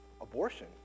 abortion